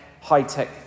high-tech